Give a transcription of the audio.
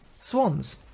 swans